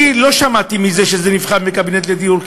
אני לא שמעתי שזה נבחן בקבינט הדיור,